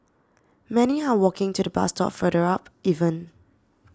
many are walking to the bus stop further up even